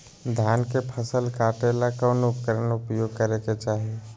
धान के फसल काटे ला कौन उपकरण उपयोग करे के चाही?